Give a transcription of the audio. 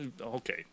Okay